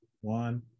One